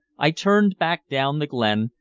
i turned back down the glen,